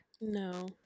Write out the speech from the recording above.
No